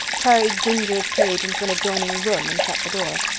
carried ginger's cage into an adjoining room and shut the door.